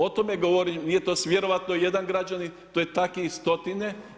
O tome govorim, nije to vjerojatno jedan građanin to je takvih stotine.